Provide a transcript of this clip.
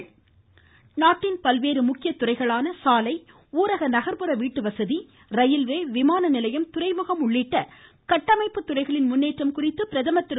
பிரதமர் நாட்டின் பல்வேறு முக்கிய துறைகளான சாலை ஊரக நகர்ப்புற வீட்டு வசதி ரயில்வே விமான நிலையம் துறைமுகம் உள்ளிட்ட கட்டமைப்புத்துறைகளின் முன்னேற்றம் குறித்து பிரதமர் திரு